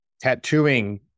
tattooing